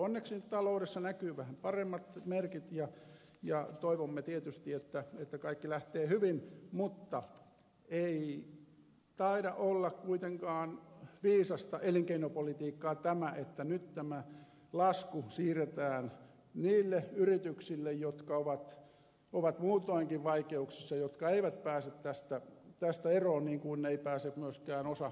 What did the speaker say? onneksi nyt taloudessa näkyvät vähän paremmat merkit ja toivomme tietysti että kaikki lähtee hyvin mutta ei taida olla kuitenkaan viisasta elinkeinopolitiikkaa tämä että nyt lasku siirretään niille yrityksille jotka ovat muutoinkin vaikeuksissa jotka eivät pääse tästä eroon niin kuin ei pääse myöskään osa köyhimmistä kotitalouksista